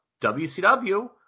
WCW